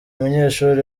munyeshuri